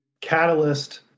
catalyst